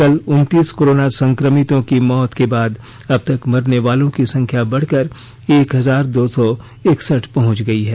कल उनतीस कोरोना संक्रमितों की मौत के बाद अब तक मरने वालों की संख्या बढ़कर एक हजार दो सौ एकसठ पहुंच गई है